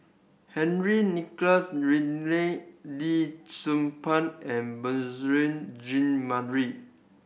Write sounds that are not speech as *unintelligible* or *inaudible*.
Henry Nicholas Ridley Lee Tzu Pheng and *unintelligible* Jean Marie